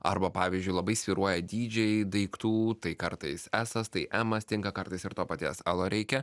arba pavyzdžiui labai svyruoja dydžiai daiktų tai kartais esas tai emas tinka kartais ir to paties elo reikia